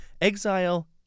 Exile